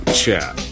chat